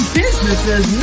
businesses